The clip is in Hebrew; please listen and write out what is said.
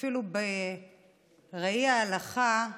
אפילו בראי ההלכה,